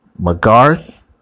McGarth